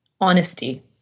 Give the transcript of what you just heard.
Honesty